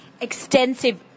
extensive